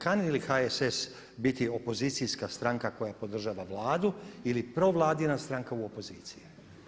Kani li HSS biti opozicijska stranka koja podržava Vladu ili provladina stranka u opoziciji?